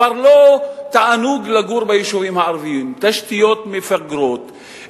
כבר לא תענוג לגור ביישובים הערביים: תשתיות מפגרות,